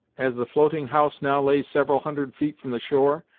as the floating house now lay several hundred feet from the shore,